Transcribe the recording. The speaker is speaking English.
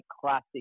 classic